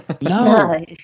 No